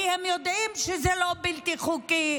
כי הם יודעים שזה לא בלתי חוקי,